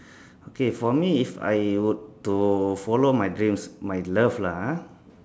okay for me if I would to follow my dreams my love lah ah